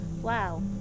wow